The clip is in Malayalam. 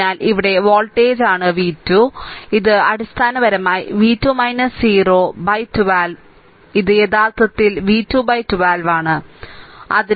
അതിനാൽ ഇവിടെ വോൾട്ടേജാണ് v 2 അതിനാൽ ഇത് അടിസ്ഥാനപരമായി v 2 0 12 അതിനാൽ ഇത് യഥാർത്ഥത്തിൽ v 212 ആണ് ഇത് 1